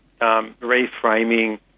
reframing